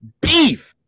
beef